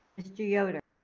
mr. yoder.